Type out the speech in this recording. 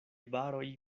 baroj